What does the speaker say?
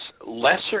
lesser